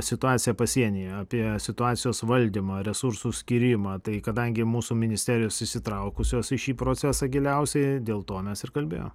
situaciją pasienyje apie situacijos valdymą resursų skyrimą tai kadangi mūsų ministerijos įsitraukusios į šį procesą giliausiai dėl to mes ir kalbėjom